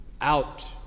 out